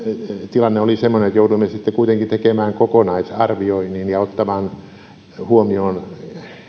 tilanne oli semmoinen että jouduimme sitten kuitenkin tekemään kokonaisarvioinnin ja ottamaan huomioon